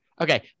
Okay